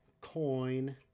coin